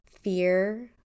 fear